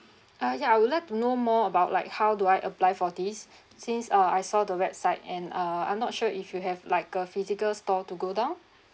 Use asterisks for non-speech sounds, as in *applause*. uh ya I would like to know more about like how do I apply for this *breath* since uh I saw the website and uh I'm not sure if you have like a physical store to go down